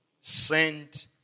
sent